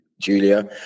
Julia